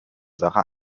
sache